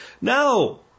No